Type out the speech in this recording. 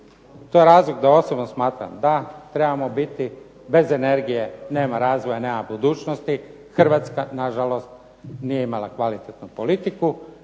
To je razlog da osobno smatram da, trebamo biti bez energije, nema razvoja, nema budućnosti, Hrvatska na žalost nije imala kvalitetnu politiku,